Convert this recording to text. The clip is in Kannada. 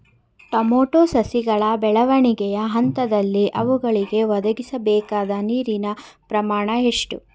ಟೊಮೊಟೊ ಸಸಿಗಳ ಬೆಳವಣಿಗೆಯ ಹಂತದಲ್ಲಿ ಅವುಗಳಿಗೆ ಒದಗಿಸಲುಬೇಕಾದ ನೀರಿನ ಪ್ರಮಾಣ ಎಷ್ಟು?